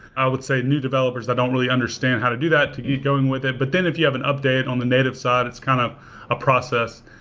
i would say, new developers that don't really understand how to do that to keep going with it. but then if you have an update on the native side, it's kind of a process.